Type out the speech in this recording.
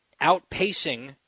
outpacing